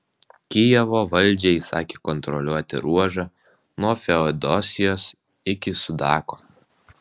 kijevo valdžia įsakė kontroliuoti ruožą nuo feodosijos iki sudako